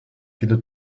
viele